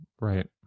Right